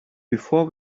before